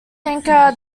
anchor